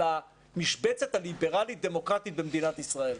המשבצת הליברלית דמוקרטית במדינת ישראל.